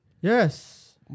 Yes